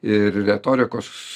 ir retorikos